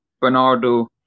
Bernardo